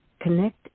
Connect